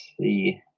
see